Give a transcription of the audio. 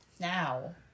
now